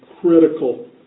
critical